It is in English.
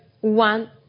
one